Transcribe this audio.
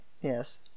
yes